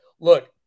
look